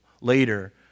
later